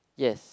yes